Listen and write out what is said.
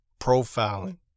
profiling